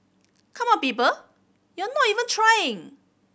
come on people you're not even trying